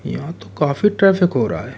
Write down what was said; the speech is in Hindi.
यहाँ तो काफ़ी ट्रैफ़िक हो रहा है